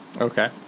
Okay